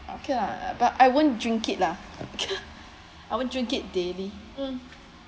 okay lah but I won't drink it lah I won't drink it daily um